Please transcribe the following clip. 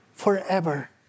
Forever